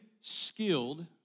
skilled